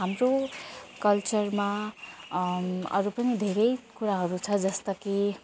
हाम्रो कल्चरमा अरू पनि धेरै कुराहरू छ जस्तो कि